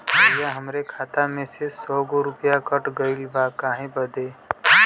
भईया हमरे खाता में से सौ गो रूपया कट गईल बा काहे बदे?